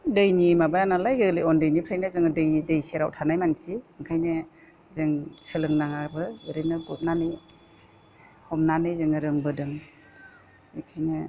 दैनि माबानालाय उन्दैनिफ्रायनो जोङो दैनि दै सेराव थानाय मानसि ओंखायनो जों सोलोंनाङाबो ओरैनो गुरनानै हमनानै जोङो रोंबोदों बिदिनो